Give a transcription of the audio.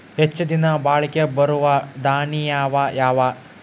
ಹೆಚ್ಚ ದಿನಾ ಬಾಳಿಕೆ ಬರಾವ ದಾಣಿಯಾವ ಅವಾ?